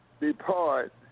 depart